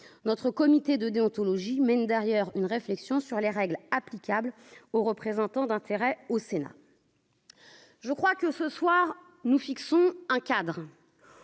notre comité de déontologie mènent d'ailleurs une réflexion sur les règles applicables aux représentants d'intérêts au Sénat. Je crois que ce soir, nous fixons un cadre